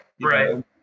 right